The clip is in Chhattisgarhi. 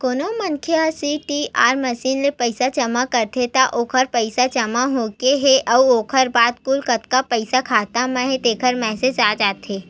कोनो मनखे ह सीडीआर मसीन ले पइसा जमा करथे त ओखरो पइसा जमा होए के अउ ओखर बाद कुल कतका पइसा खाता म हे तेखर मेसेज आ जाथे